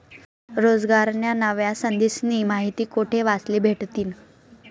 रोजगारन्या नव्या संधीस्नी माहिती कोठे वाचले भेटतीन?